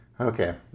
Okay